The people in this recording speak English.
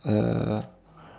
uh